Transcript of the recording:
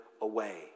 away